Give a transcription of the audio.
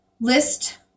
List